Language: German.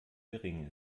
gering